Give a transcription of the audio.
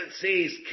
sees